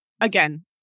again